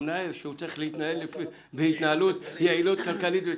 שהמנהל צריך להתנהל ביעילות כלכלית ותפעולית,